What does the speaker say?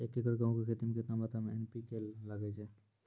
एक एकरऽ गेहूँ के खेती मे केतना मात्रा मे एन.पी.के लगे छै?